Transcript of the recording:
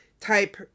type